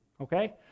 Okay